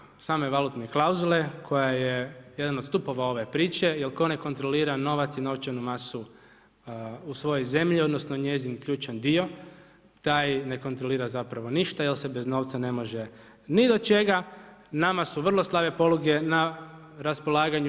Što se tiče same valutne klauzule, koja je jedan od stupova ove priče, jer tko ne kontrolira novac i novčanu masu u svojoj zemlji, odnosno njezin ključan dio, taj ne kontrolira zapravo ništa jer se bez novca ne može ni do čega, nama su vrlo slabe poluge na raspolaganju.